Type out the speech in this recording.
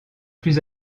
plus